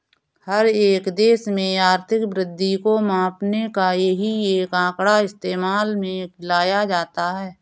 हर एक देश में आर्थिक वृद्धि को मापने का यही एक आंकड़ा इस्तेमाल में लाया जाता है